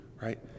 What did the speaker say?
right